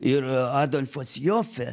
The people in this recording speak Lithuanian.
ir adolfas jofe